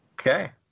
Okay